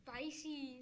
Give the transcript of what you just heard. Spicy